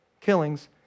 killings